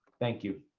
thank you.